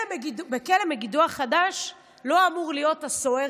בכלא מגידו החדש לא אמור להיות הסוהר